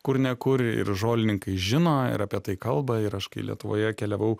kur ne kur ir žolininkai žino ir apie tai kalba ir aš kai lietuvoje keliavau